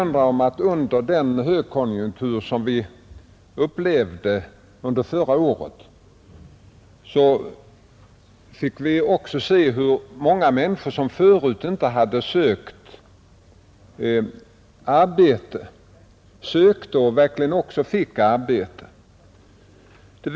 Under den högkonjunktur som vi upplevde under förra året fick vi se hur många människor som förut inte sökt arbete nu sökte och verkligen också fick arbete.